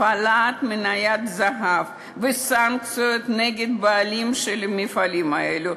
הפעלת מניית הזהב וסנקציות נגד הבעלים של המפעלים האלו,